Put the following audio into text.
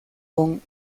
con